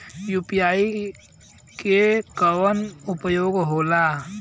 UPI बदे कवन app होला?